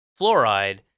fluoride